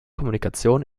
kommunikation